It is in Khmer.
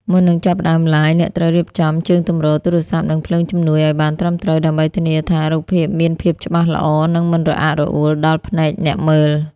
មុននឹងចាប់ផ្ដើមឡាយ អ្នកត្រូវរៀបចំ ជើងទម្រទូរស័ព្ទ និងភ្លើងជំនួយ ឱ្យបានត្រឹមត្រូវ ដើម្បីធានាថា រូបភាពមានភាពច្បាស់ល្អ និងមិនរអាក់រអួលដល់ភ្នែកអ្នកមើល។